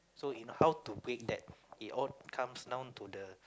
so in how to bring that it all comes down to the